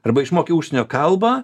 arba išmokė užsienio kalbą